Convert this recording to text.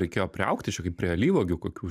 reikėjo priaugti čia kaip prie alyvuogių kokių